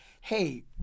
hey